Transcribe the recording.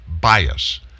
bias